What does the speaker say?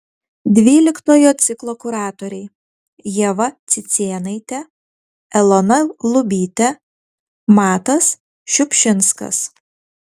dvyliktojo ciklo kuratoriai ieva cicėnaitė elona lubytė matas šiupšinskas